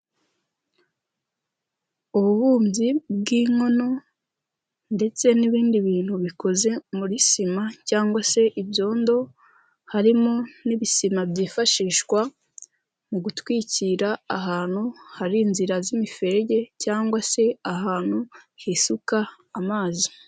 Ububumbyi bw'inkono ndetse n'ibindi bintu bikoze muri sima cyangwa se ibyondo, harimo n'ibisima byifashishwa mu gutwikira ahantu hari inzira z'imiferege cyangwa se ahantu hisuka amazi.